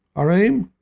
our aim,